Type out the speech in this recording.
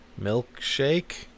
Milkshake